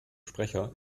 sprecher